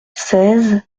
seize